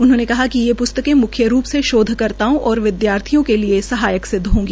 उन्होंने कहा कि ये प्स्तक मुख्य रूप से शोधकर्ताओं और विदयार्थियों के लिए सहायक सिदव होंगी